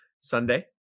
Sunday